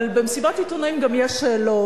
אבל במסיבת עיתונאים יש גם שאלות,